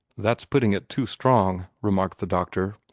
that's putting it too strong, remarked the doctor.